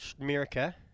America